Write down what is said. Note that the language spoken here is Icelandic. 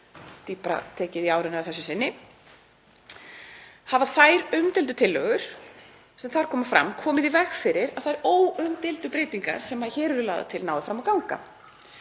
dýpra tekið í árinni að þessu sinni. Þær umdeildu tillögur sem þar koma fram hafa komið í veg fyrir að þær óumdeildu breytingar sem hér eru lagðar til nái fram að ganga.